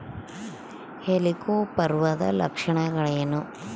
ಹೆಲಿಕೋವರ್ಪದ ಲಕ್ಷಣಗಳೇನು?